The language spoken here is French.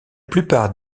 plupart